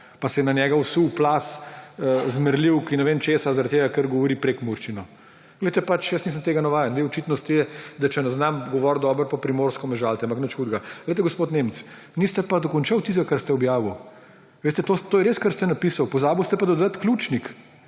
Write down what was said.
pa se je na njega usul plaz zmerljivk in ne vem česa, zato ker govori prekmurščino. Glejte, jaz nisem tega navajen, vi očitno ste, da če ne znam govoriti dobro po primorsko, me žalite. Ampak nič hudega. Glejte, gospod Nemec, niste pa dokončali tistega, kar ste objavili. Veste, to je res, kar ste napisali, pozabili pa ste dodati ključnik.